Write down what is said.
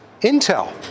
Intel